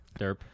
Derp